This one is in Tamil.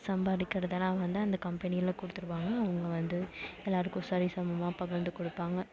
சம்பாதிக்கிறதெல்லாம் வந்து அந்த கம்பெனியில கொடுத்துடுவாங்க அவங்க வந்து எல்லாருக்கும் சரிசமமாக பகிர்ந்து கொடுப்பாங்க